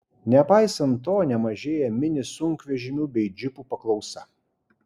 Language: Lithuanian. nepaisant to nemažėja mini sunkvežimių bei džipų paklausa